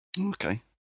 Okay